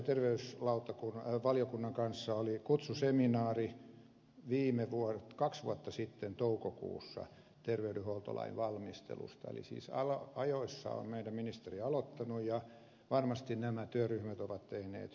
sosiaali ja terveysvaliokunnan kanssa oli kutsuseminaari kaksi vuotta sitten toukokuussa terveydenhuoltolain valmistelusta eli siis ajoissa on meidän ministeriömme aloittanut ja varmasti nämä työryhmät ovat tehneet hyvää työtä